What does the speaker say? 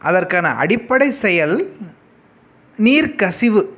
அதற்கான அடிப்படை செயல் நீர் கசிவு